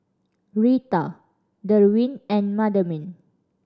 Rita Derwin and Madeline